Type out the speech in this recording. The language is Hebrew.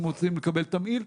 אם הם רוצים לקבל תמהיל.